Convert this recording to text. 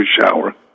shower